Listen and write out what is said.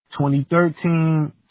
2013